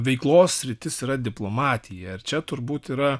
veiklos sritis yra diplomatija ir čia turbūt yra